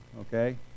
okay